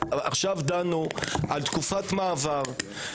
עכשיו דנו על תקופת מעבר.